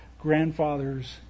grandfather's